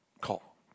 call